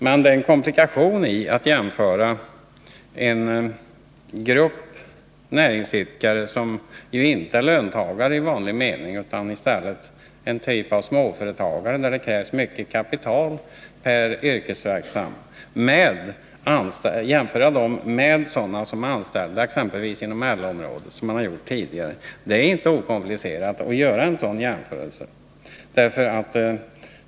Men det ligger en komplikation i att som man har gjort tidigare jämföra en grupp näringsidkare — de är ju inte löntagare i vanlig mening utan i stället en typ av småföretagare, och deras verksamhet kräver mycket kapital per yrkesverksam — med sådana som är anställda exempelvis inom LO-området. Det är inte okomplicerat att göra en sådan jämförelse.